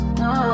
no